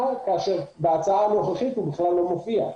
כאשר בהצעה הנוכחית הוא בכלל לא מופיע.